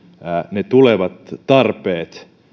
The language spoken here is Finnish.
ne tulevat tarpeet